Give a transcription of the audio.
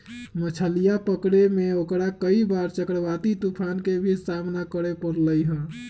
मछलीया पकड़े में ओकरा कई बार चक्रवाती तूफान के भी सामना करे पड़ले है